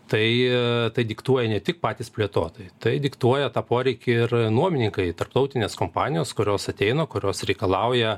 tai tai diktuoja ne tik patys plėtotojai tai diktuoja tą poreikį ir nuomininkai tarptautinės kompanijos kurios ateina kurios reikalauja